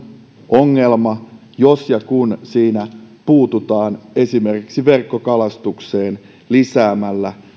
ongelma jos ja kun siinä puututaan esimerkiksi verkkokalastukseen lisäämällä